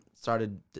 started